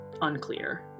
unclear